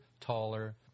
taller